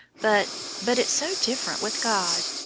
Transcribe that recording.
but but it's so different with god.